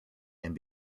and